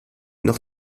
noch